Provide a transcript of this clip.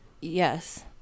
Yes